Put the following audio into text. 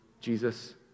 Jesus